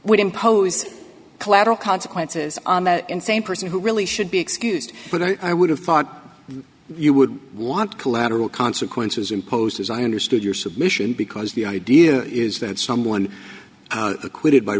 would impose collateral consequences on the same person who really should be excused but i would have thought you would want collateral consequences imposed as i understood your submission because the idea is that someone acquitted by